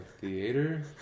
theater